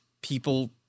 people